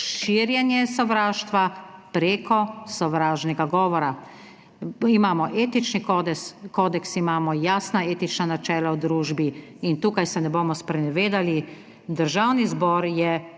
širjenje sovraštva prek sovražnega govora. Imamo etični kodeks, imamo jasna etična načela v družbi. Tukaj se ne bomo sprenevedali. Državni zbor je